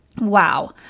Wow